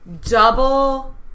double